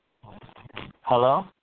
Hello